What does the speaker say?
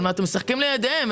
אתם משחוקים לידיהם.